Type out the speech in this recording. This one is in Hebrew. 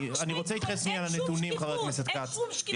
אני רוצה להתייחס לנתונים, חבר הכנסת כץ.